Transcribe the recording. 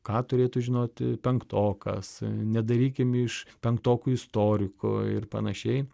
ką turėtų žinoti penktokas nedarykim iš penktokų istorikų ir panašiai